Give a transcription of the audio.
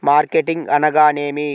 Marketing అనగానేమి?